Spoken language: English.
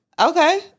Okay